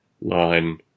line